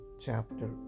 chapter